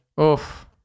Oof